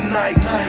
nights